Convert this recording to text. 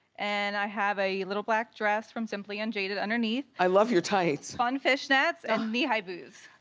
and i have a little black dress from simply unjaded underneath. i love your tights. fun fishnets, and knee-high boots.